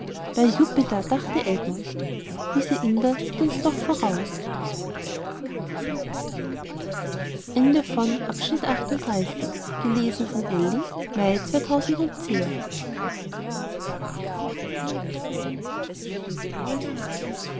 bei jupiter dachte edmund diese inder sind uns doch voraus